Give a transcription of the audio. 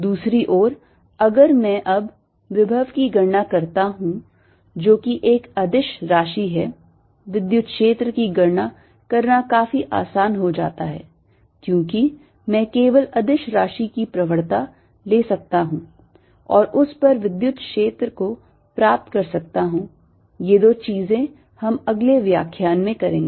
दूसरी ओर अगर मैं अब विभव की गणना करता हूं जो कि एक अदिश राशि है विद्युत क्षेत्र की गणना करना काफी आसान हो जाता है क्योंकि मैं केवल अदिश राशि की प्रवणता ले सकता हूं और उस पर विद्युत क्षेत्र को प्राप्त कर सकता हूं ये दो चीजें हम अगले व्याख्यान में करेंगे